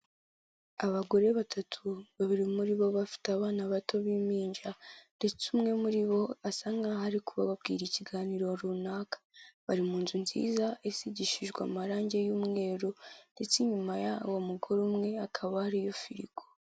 Abagore batatu babiri muri bo bafite abana bato b'impinja ndetse umwe muri bo asa nkaho ari kubabwira ikiganiro runaka, bari mu nzu nziza isigishijwe amarangi y'umweru ndetse inyuma ya umugore umwe hakaba hariyo firigo.